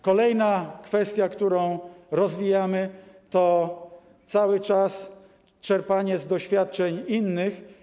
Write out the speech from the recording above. Kolejna kwestia, którą rozwijamy, to ciągłe czerpanie z doświadczeń innych.